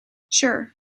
sure